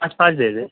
پانچ پانچ دے دیں